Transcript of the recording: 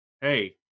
hey